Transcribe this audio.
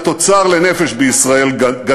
והצמיחה לנפש, גם היא מעניינת, היא חשובה.